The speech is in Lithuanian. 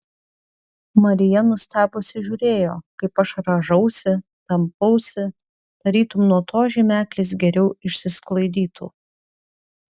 marija nustebusi žiūrėjo kaip aš rąžausi tampausi tarytum nuo to žymeklis geriau išsisklaidytų